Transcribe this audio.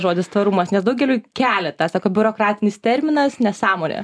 žodis tvarumas nes daugeliui kelia tą sako biurokratinis terminas nesąmonė